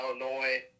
Illinois